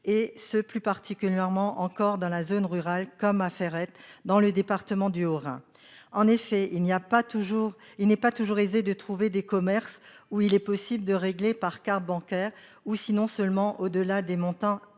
et ce plus particulièrement en zone rurale, comme à Ferrette, dans le département du Haut-Rhin. En effet, il n'est pas toujours aisé de trouver des commerces où il est possible de régler par carte bancaire, ou sinon seulement au-delà de montants